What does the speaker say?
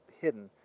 hidden